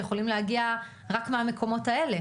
יכולים להגיע רק מהמקומות האלה.